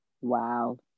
wow